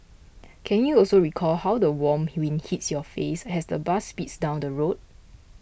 can you also recall how the warm wind hits your face as the bus speeds down the road